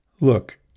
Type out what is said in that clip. look